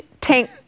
tank